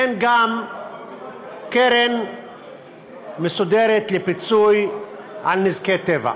אין קרן מסודרת לפיצוי על נזקי טבע.